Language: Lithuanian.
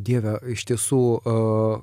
dieve iš tiesų a